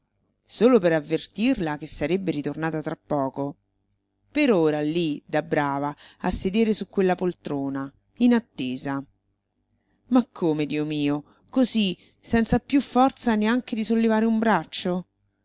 solo per avvertirla che sarebbe ritornata tra poco per ora lì da brava a sedere su quella poltrona in attesa ma come dio mio così senza più forza neanche di sollevare un braccio